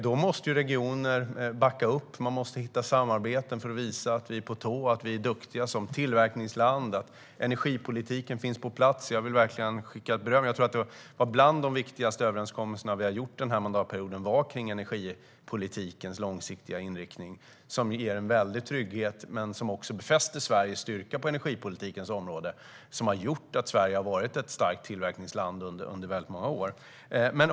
Då måste regioner backa upp. Vi måste hitta samarbeten för att visa att vi är på tå, att vi är duktiga som tillverkningsland och att energipolitiken finns på plats. En av de, tror jag, viktigaste överenskommelser vi har gjort den här mandatperioden var just den om energipolitikens långsiktiga inriktning, som ger en väldig trygghet och också befäster Sveriges styrka på energipolitikens område. Det är detta som har gjort att Sverige varit ett starkt tillverkningsland under många år.